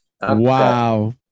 Wow